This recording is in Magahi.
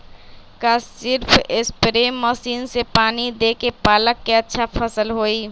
का सिर्फ सप्रे मशीन से पानी देके पालक के अच्छा फसल होई?